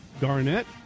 Garnett